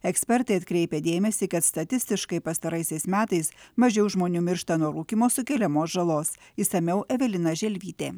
ekspertai atkreipia dėmesį kad statistiškai pastaraisiais metais mažiau žmonių miršta nuo rūkymo sukeliamos žalos išsamiau evelina želvytė